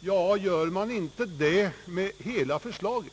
Ja, men gör man inte det med hela förslaget?